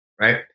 right